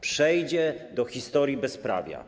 Przejdzie do historii bezprawia.